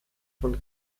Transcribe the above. von